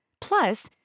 Plus